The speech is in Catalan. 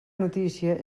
notícia